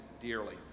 dearly